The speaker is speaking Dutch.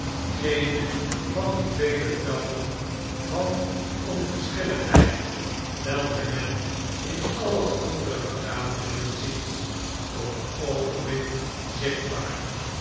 geene van die vele trappen van onversghilligheid welke men in alle andere vergaderingen ziet voor een oogenblik zichtbaar